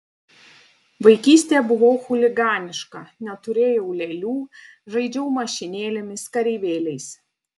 vaikystėje buvau chuliganiška neturėjau lėlių žaidžiau mašinėlėmis kareivėliais